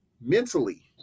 mentally